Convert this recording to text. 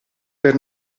per